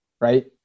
Right